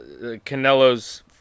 Canelo's